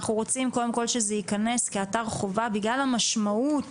אנחנו רוצים שזה ייכנס כאתר חובה בגלל המשמעות